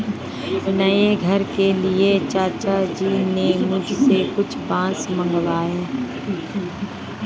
नए घर के लिए चाचा जी ने मुझसे कुछ बांस मंगाए हैं